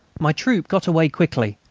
my troop got away quickly,